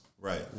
right